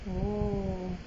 oh